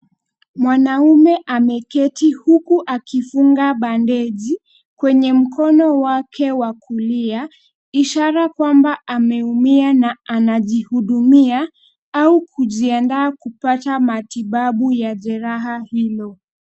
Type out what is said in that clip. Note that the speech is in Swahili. Mwanamume ameketi huku akifunga bandeji kwenye mkono wake wa kulia ishara kwamba ameumia na anajihudumia au kujiandaa kupata matibabu ya jeraha hilo.